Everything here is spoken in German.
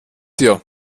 dir